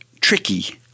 tricky